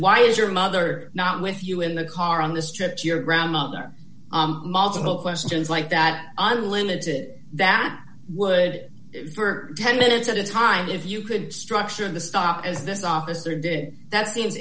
why is your mother not with you in the car on this trip to your grandmother multiple questions like that unlimited that would for ten minutes at a time if you could structure of the stop as this officer did that seems